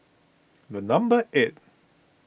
the number eight